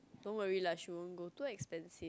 don't worry lah she won't go too expensive